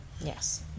Yes